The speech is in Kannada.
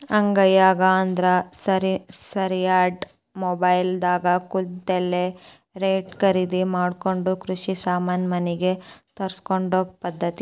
ಅಂಗೈಯಾಗ ಅಂದ್ರ ಸರಿಸ್ಯಾಡು ಮೊಬೈಲ್ ದಾಗ ಕುಂತಲೆ ರೈತಾ ಕರಿದಿ ಮಾಡಕೊಂಡ ಕೃಷಿ ಸಾಮಾನ ಮನಿಗೆ ತರ್ಸಕೊ ಪದ್ದತಿ